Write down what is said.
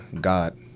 God